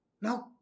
Now